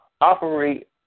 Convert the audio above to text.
operate